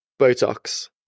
Botox